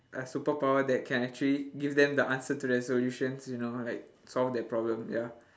a superpower that can actually give them the answers to their solutions you know like solve their problem ya